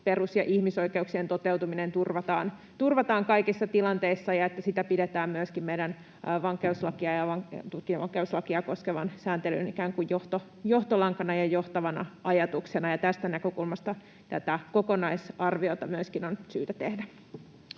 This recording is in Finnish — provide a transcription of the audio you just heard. perus- ja ihmisoikeuksien toteutuminen turvataan kaikissa tilanteissa ja että sitä pidetään myöskin meidän vankeuslakia ja tutkintavankeuslakia koskevan sääntelyn ikään kuin johtolankana ja johtavana ajatuksena, ja tästä näkökulmasta tätä kokonaisarviota myöskin on syytä tehdä.